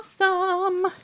awesome